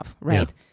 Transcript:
right